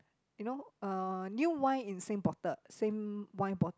you know uh new wine in same bottle same wine bottle